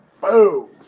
Boom